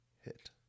hit